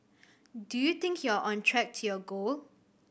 do you think you're on track to your goal